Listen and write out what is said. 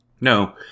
no